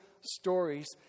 stories